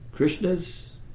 Krishna's